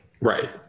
Right